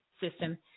system